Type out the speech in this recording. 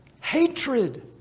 Hatred